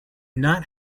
not